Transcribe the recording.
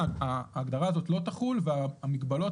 ההגדרה של נקודת